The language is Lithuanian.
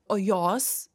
o jos